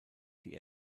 die